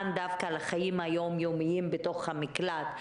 דווקא לחיים היומיומיים בתוך המקלט.